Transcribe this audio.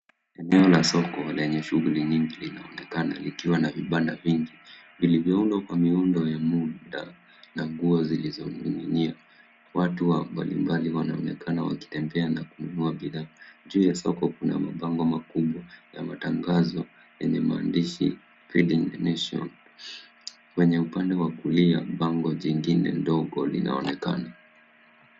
Eneo la soko lenye shughuli nyingi linaonekana likiwa na vibanda vingi vilivyoundwa kwa miundo ya muda na nguo zilizoning'inia. Watu mbalimbali wanaonekana wakitembea na kununua bidhaa. Juu ya soko kuna mabango makubwa ya matangazo, yenye maandishi Feeding the Nation . Kwenye upande wa kulia, bango jingine ndogo linaonekana.